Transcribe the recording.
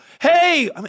hey